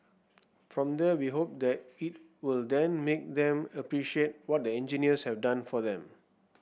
from there we hope that it will then make them appreciate what the engineers have done for them